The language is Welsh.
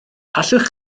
allwch